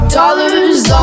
dollars